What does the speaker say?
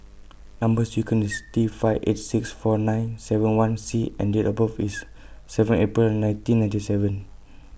Number sequence IS T five eight six four nine seven one C and Date of birth IS seven April nineteen ninety seven